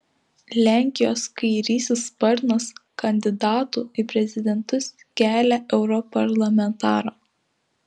lenkijos kairysis sparnas kandidatu į prezidentus kelia europarlamentarą